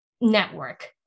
network